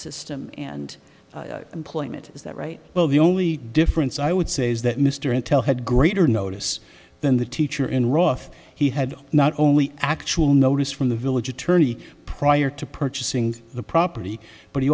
employment is that right well the only difference i would say is that mr intel had greater notice than the teacher in roff he had not only actual notice from the village attorney prior to purchasing the property but he